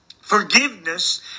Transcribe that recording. forgiveness